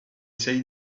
say